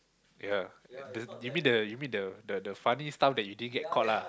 yea you mean the the funny stuff that you didn't get caught lah